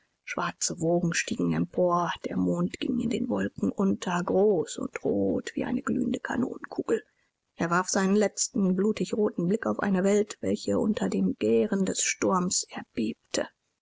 schwarze welken stiegen empor der mond ging in den wolken unter groß und rot wie eine glühende kanonenkugel er warf seinen letzten blutigroten blick auf eine welt welche unter dem gähren des sturms erbebte